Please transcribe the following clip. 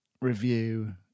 review